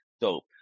dope